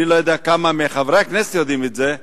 אני לא יודע כמה מחברי הכנסת יודעים את זה,